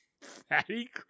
Fatty